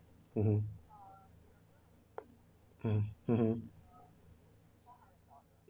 mmhmm um mmhmm